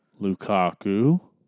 Lukaku